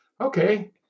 okay